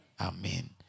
Amen